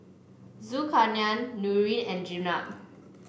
Zulkarnain Nurin and Jenab